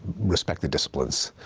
respect the disciplines.